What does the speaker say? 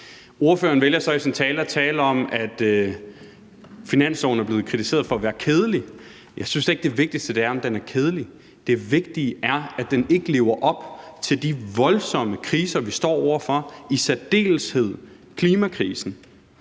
Ordføreren vælger så i sin tale at tale om, at finansloven er blevet kritiseret for at være kedelig. Jeg synes slet ikke, at det vigtigste er, om den er kedelig. Det vigtige er, at den ikke lever op til at håndtere de voldsomme kriser, vi står over for, i særdeleshed klimakrisen.